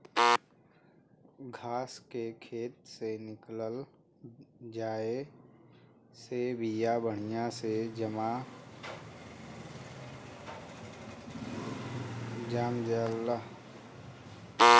घास के खेत से निकल जाये से बिया बढ़िया से जाम जाला